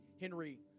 Henry